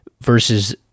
versus